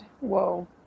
whoa